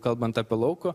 kalbant apie lauko